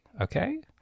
Okay